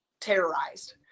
terrorized